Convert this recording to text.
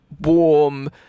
warm